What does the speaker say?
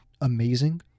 amazing